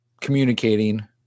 communicating